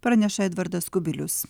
praneša edvardas kubilius